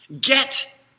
Get